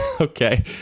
Okay